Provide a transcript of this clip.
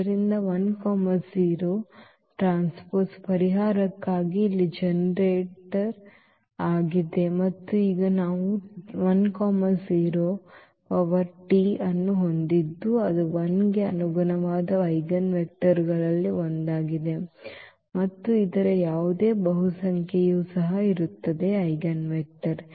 ಆದ್ದರಿಂದ ಈ 1 0T ಪರಿಹಾರಕ್ಕಾಗಿ ಇಲ್ಲಿ ಜನರೇಟರ್ ಆಗಿದೆ ಮತ್ತು ಈಗ ನಾವು ಈ 1 0T ಅನ್ನು ಹೊಂದಿದ್ದು ಅದು 1 ಕ್ಕೆ ಅನುಗುಣವಾದ ಐಜೆನ್ವೆಕ್ಟರ್ಗಳಲ್ಲಿ ಒಂದಾಗಿದೆ ಮತ್ತು ಇದರ ಯಾವುದೇ ಬಹುಸಂಖ್ಯೆಯೂ ಸಹ ಇರುತ್ತದೆ ಐಜೆನ್ವೆಕ್ಟರ್